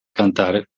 cantare